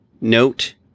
note